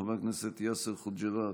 חבר הכנסת יאסר חוג'יראת,